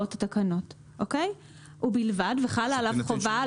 מהוראות התקנות ובלבד וחלה עליו חובה,